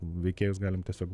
veikėjus galim tiesiog